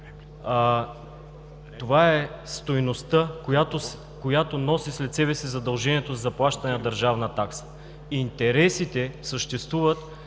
Това е стойността, която носи след себе си задължението за заплащане на държавна такса. Интересите съществуват